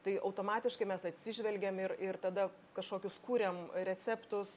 tai automatiškai mes atsižvelgiam ir ir tada kažkokius kuriam receptus